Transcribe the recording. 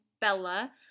Bella